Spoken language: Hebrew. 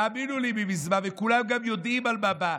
תאמינו לי, מזמן, וכולם גם יודעים על מה הוא בא.